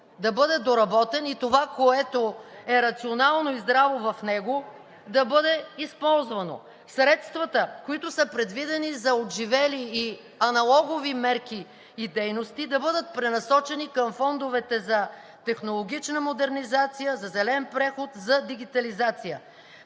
да бъде доработен, и това, което е рационално и здраво в него, да бъде използвано. Средствата, които са предвидени за отживели и аналогови мерки и дейности, да бъдат пренасочени към фондовете за технологична модернизация, за зелен преход, за дигитализация;